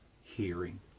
hearing